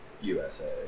USA